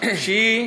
שהיא